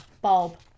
bulb